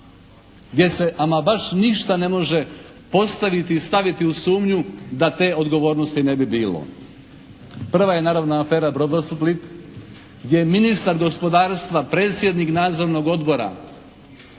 gdje se ama baš ništa ne može postaviti i staviti u sumnju da te odgovornosti ne bi bilo. Prva je naravno afera "Brodosplit" gdje je ministar gospodarstva predsjednik nadzornog odbora